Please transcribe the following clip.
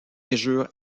injure